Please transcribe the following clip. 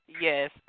Yes